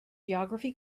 geography